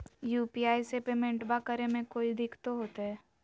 UPI से पेमेंटबा करे मे कोइ दिकतो होते?